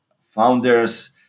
founders